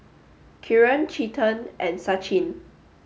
Kiran Chetan and Sachin